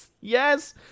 yes